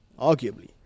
Arguably